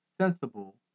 sensible